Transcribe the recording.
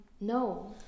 No